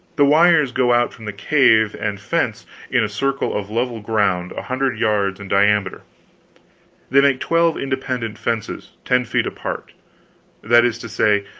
the wires go out from the cave and fence in a circle of level ground a hundred yards in diameter they make twelve independent fences, ten feet apart that is to say,